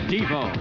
Devo